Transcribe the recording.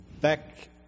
back